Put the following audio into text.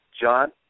John